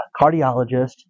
cardiologist